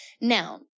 Now